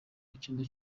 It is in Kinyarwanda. icyumba